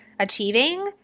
Achieving